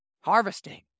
harvesting